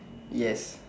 yes